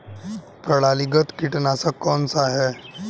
प्रणालीगत कीटनाशक कौन सा है?